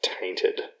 tainted